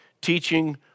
teaching